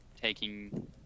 taking